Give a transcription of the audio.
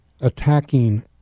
attacking